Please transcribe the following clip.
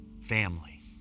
family